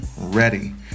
ready